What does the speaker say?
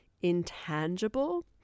intangible